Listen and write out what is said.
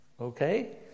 Okay